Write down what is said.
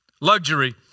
Luxury